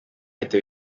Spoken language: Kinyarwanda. leta